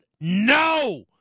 no